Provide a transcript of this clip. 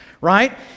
right